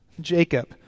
Jacob